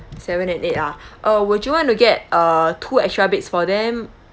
seven and eight ah uh would you want to get uh two extra beds for them